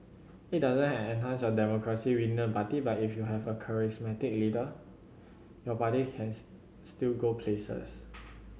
it doesn't enhance democracy within the party but if you have a charismatic leader your party can still go places